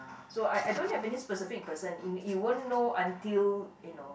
so I I don't have any specific person in you won't know until you know